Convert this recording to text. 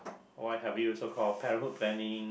what have you so call parenthood planning